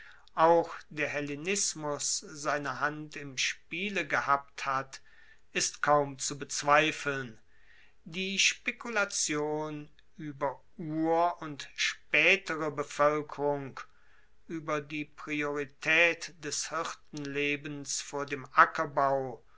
auch der hellenismus seine hand im spiele gehabt hat ist kaum zu bezweifeln die spekulation ueber ur und spaetere bevoelkerung ueber die prioritaet des hirtenlebens vor dem ackerbau